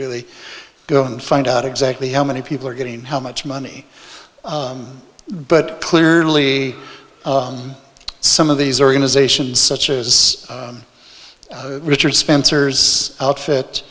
really go and find out exactly how many people are getting how much money but clearly some of these organizations such as richard spencer's outfit